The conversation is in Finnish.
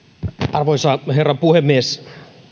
arvoisa herra puhemies